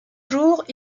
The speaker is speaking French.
jours